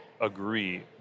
agree